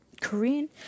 Korean